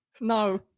No